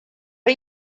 are